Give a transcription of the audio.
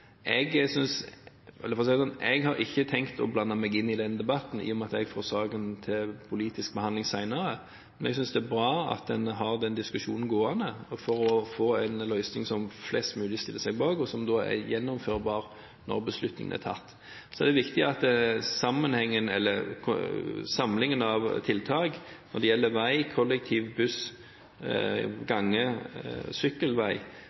Jeg har ikke tenkt å blande meg inn i den debatten, i og med at jeg får saken til politisk behandling senere. Men jeg synes det er bra at man har den diskusjonen gående for å få en løsning som flest mulig stiller seg bak, og som er gjennomførbar når beslutningen er tatt. Så er det viktig at samlingen av tiltak når det gjelder vei, kollektiv, buss, gange og sykkelvei,